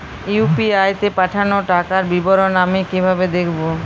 UPI তে পাঠানো টাকার বিবরণ আমি কিভাবে দেখবো?